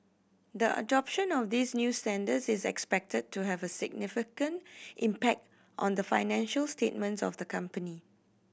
the adoption of these new standards is expected to have a significant impact on the financial statements of the company